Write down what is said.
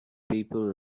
people